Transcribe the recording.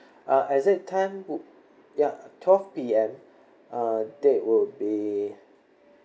uh exact time would ya twelve P_M uh date would be